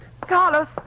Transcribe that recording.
Carlos